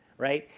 right?